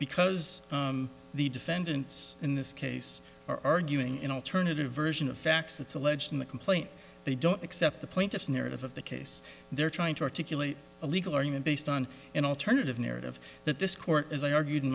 because the defendants in this case are arguing an alternative version of facts that's alleged in the complaint they don't accept the plaintiff's narrative of the case they're trying to articulate a legal argument based on an alternative narrative that this court as i argued